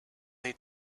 they